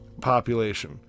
population